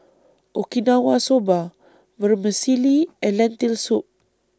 Okinawa Soba Vermicelli and Lentil Soup